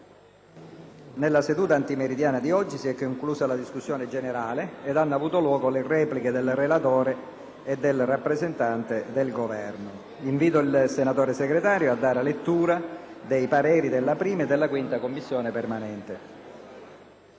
nella seduta antimeridiana si è conclusa la discussione generale e hanno avuto luogo le repliche del relatore e del rappresentante del Governo. Invito il senatore Segretario a dar lettura dei pareri espressi dalla 1a e dalla 5a Commissione permanente